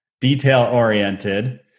detail-oriented